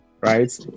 right